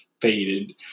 faded